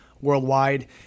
worldwide